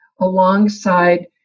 alongside